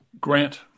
Grant